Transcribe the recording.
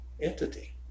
entity